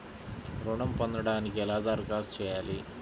ఋణం పొందటానికి ఎలా దరఖాస్తు చేయాలి?